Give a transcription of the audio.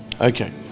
okay